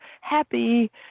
happy